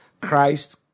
Christ